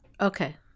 Okay